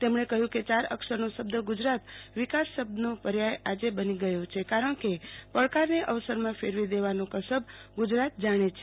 તેમણે કહ્યુ કે ચાર અક્ષરનો શબ્દ ગુજરાત વિકાસ શબ્દનો પર્યાય આજે બની ગયો છે કારણ કે પડકારને અવસરમાં ફેરવી દેવાનો કસબ ગુજરાત જણિ છે